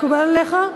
מקובל עליך?